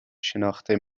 شناخته